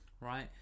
right